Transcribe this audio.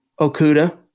Okuda